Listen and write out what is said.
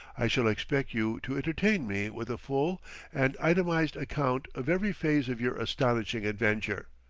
i shall expect you to entertain me with a full and itemized account of every phase of your astonishing adventure.